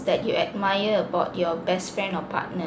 that you admire about your best friend or partner